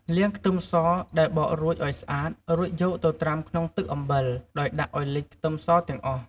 លាងខ្ទឹមសដែលបករួចឱ្យស្អាត រួចយកទៅត្រាំក្នុងទឹកអំបិល ដោយដាក់ឱ្យលិចខ្ទឹមសទាំងអស់។